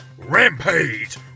Rampage